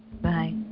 Bye